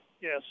Yes